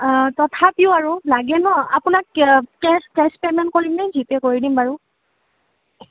তথাপিও আৰু লাগে ন আপোনাক কেছ পেমেণ্ট কৰিম নে জিপে' কৰি দিম বাৰু